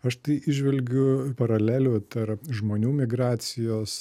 aš tai įžvelgiu paralelių tarp žmonių migracijos